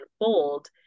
unfold